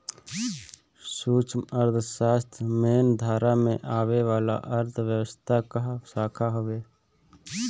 सूक्ष्म अर्थशास्त्र मेन धारा में आवे वाला अर्थव्यवस्था कअ शाखा हवे